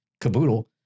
caboodle